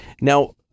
Now